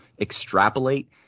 extrapolate